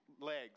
legs